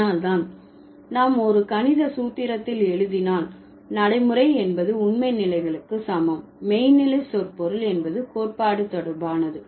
அதனால் தான் நாம் ஒரு கணித சூத்திரத்தில் எழுதினால் நடைமுறை என்பது உண்மை நிலைகளுக்கு சமம் மெய்நிலை சொற்பொருள் என்பது கோட்பாடு தொடர்பானது